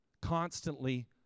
constantly